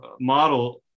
model